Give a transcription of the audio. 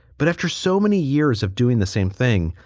but after so many years of doing the same thing,